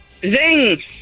Zing